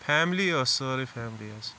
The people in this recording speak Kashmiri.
فیملی ٲسۍ سٲرٕے فیملی ٲسۍ